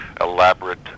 elaborate